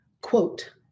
quote